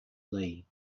lee